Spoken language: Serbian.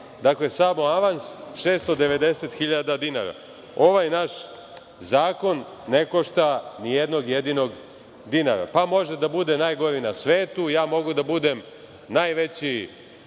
Dakle, samo avans 690 hiljada dinara. Ovaj naš zakon ne košta ni jednog jedinog dinara, pa može da bude najgori na svetu. Ja mogu da budem najveća